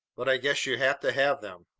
but i guess you have to have them.